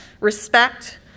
respect